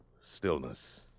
stillness